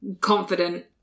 confident